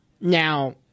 Now